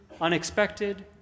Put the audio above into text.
unexpected